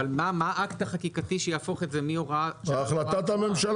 אבל מה האקט החקיקתי שיהפוך את זה מהוראת שעה --- החלטת הממשלה,